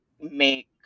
make